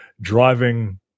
driving